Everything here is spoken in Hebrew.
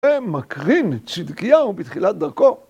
ומקרין צדקיהו בתחילת דרכו